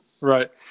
Right